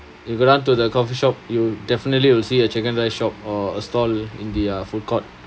you could run to the coffee shop you definitely will see a chicken rice shop or a stall in the uh food court